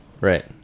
right